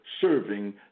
serving